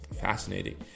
Fascinating